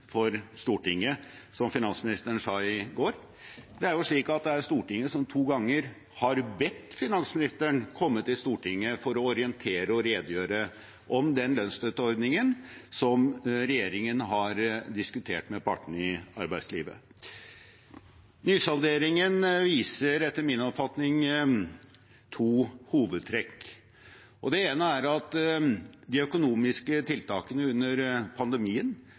for Stortinget heller, som finansministeren sa i går. Det er Stortinget som to ganger har bedt finansministeren komme til Stortinget for å orientere og redegjøre om den lønnsstøtteordningen som regjeringen har diskutert med partene i arbeidslivet. Nysalderingen viser etter min oppfatning to hovedtrekk. Det ene er at de økonomiske tiltakene under pandemien